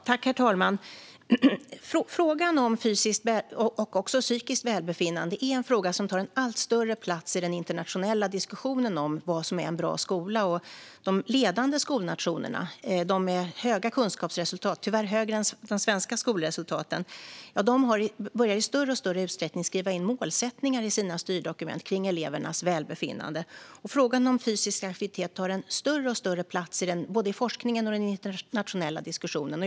Herr talman! Frågan om fysiskt - och även psykiskt - välbefinnande tar allt större plats i den internationella diskussionen om vad som är en bra skola. De ledande skolnationerna, de med goda kunskapsresultat - tyvärr bättre än de svenska skolresultaten - börjar i större och större utsträckning att i sina styrdokument skriva in målsättningar för elevernas välbefinnande. Frågan om fysisk aktivitet tar större och större plats både i forskningen och i den internationella diskussionen.